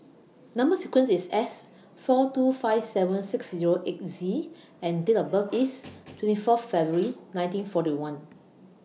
Number sequence IS S four two five seven six Zero eight Z and Date of birth IS twenty four February nineteen forty one